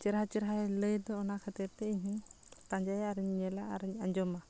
ᱪᱮᱦᱨᱟ ᱪᱮᱦᱨᱟ ᱞᱟᱹᱭ ᱫᱚᱭ ᱚᱱᱟ ᱠᱷᱟᱹᱛᱤᱨ ᱛᱮ ᱤᱧ ᱦᱚᱸᱧ ᱯᱟᱸᱡᱟᱭᱟ ᱧᱮᱞᱟ ᱟᱨᱤᱧ ᱟᱸᱡᱚᱢᱟ